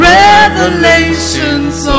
revelations